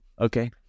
okay